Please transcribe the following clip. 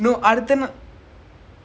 what's the point of starting nine o'clock